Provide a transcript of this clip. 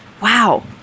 Wow